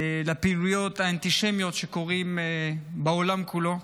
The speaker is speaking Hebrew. לפעילויות האנטישמיות שקורות בעולם כולו.